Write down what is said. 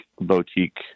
boutique